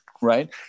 right